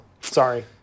sorry